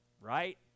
right